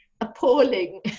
Appalling